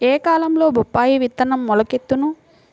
ఏ కాలంలో బొప్పాయి విత్తనం మొలకెత్తును?